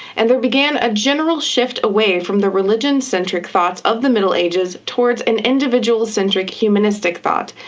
and there began a general shift away from the religion-centric thought of the middle ages towards an individual-centric humanistic thought,